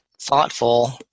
thoughtful